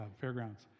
fairgrounds